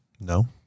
No